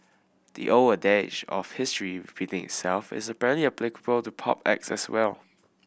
the old adage of history repeating itself is apparently applicable to pop acts as well